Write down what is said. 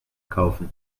kaufen